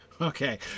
Okay